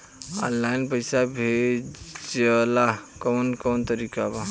Online पइसा भेजेला कवन कवन तरीका बा?